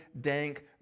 dank